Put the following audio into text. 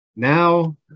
Now